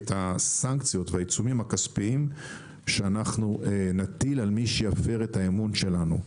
את הסנקציות והעיצומים הכספיים שאנחנו נטיל על מי שיפר את האמון שלנו.